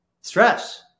stress